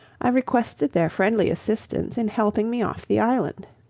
i requested their friendly assistance in helping me off the island.